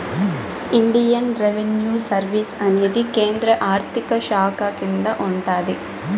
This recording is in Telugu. ఇండియన్ రెవిన్యూ సర్వీస్ అనేది కేంద్ర ఆర్థిక శాఖ కింద ఉంటాది